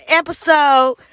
episode